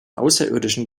außerirdischen